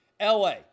LA